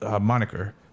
moniker